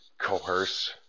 coerce